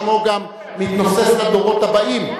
שמו גם מתנוסס לדורות הבאים,